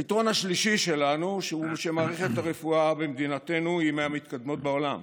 היתרון השלישי שלנו הוא שמערכת הרפואה במדינתנו היא מהמתקדמות בעולם.